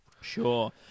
Sure